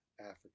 Africa